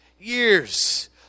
years